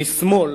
משמאל,